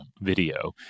video